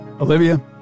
Olivia